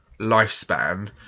lifespan